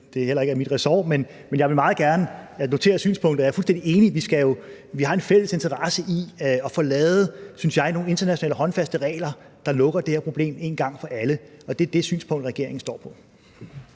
det heller ikke er mit ressort. Men jeg vil meget gerne notere synspunktet. Og jeg er jo fuldstændig enig i, at vi har en fælles interesse i at få lavet – synes jeg – nogle internationale håndfaste regler, der lukker det her problem en gang for alle, og det er det synspunkt, regeringen står på.